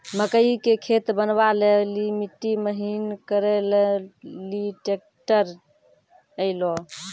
मकई के खेत बनवा ले ली मिट्टी महीन करे ले ली ट्रैक्टर ऐलो?